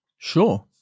Sure